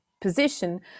position